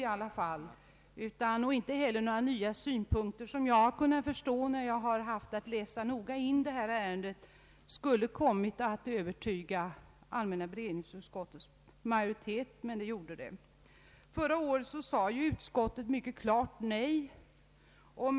Jag har inte när jag haft att noga läsa in detta ärende med förra årets behandling funnit några nya synpunkter som enligt min uppfattning skulle kunna övertyga allmänna beredningsutskottets majoritet. Men så har alltså skett. Förra året sade utskottet ett mycket klart nej.